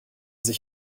sich